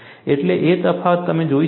એટલે એ તફાવત તમે જોઇ શકશો